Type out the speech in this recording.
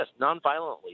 nonviolently